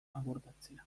abordatzea